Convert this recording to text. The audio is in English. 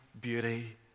beauty